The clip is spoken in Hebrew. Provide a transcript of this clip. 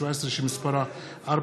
מרב